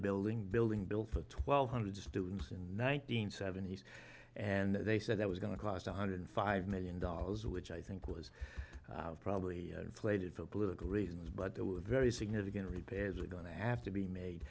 building building bill for twelve hundred students and nineteen seventies and they said that was going to cost one hundred five million dollars which i think was probably inflated for political reasons but there were very significant repairs were going to have to be made